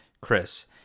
Chris